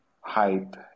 hype